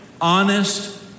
honest